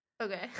Okay